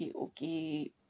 Okay